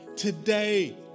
Today